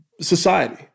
society